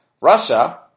Russia